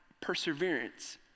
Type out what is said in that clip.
perseverance